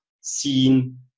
seen